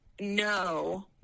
no